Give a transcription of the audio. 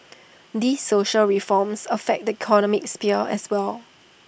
these social reforms affect the economic sphere as well